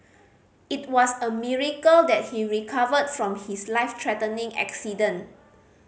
it was a miracle that he recovered from his life threatening accident